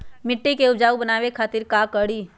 मिट्टी के उपजाऊ बनावे खातिर का करी?